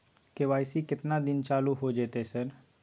KYC केतना दिन चालू होय जेतै है सर?